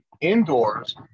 indoors